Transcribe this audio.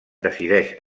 decideix